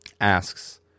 asks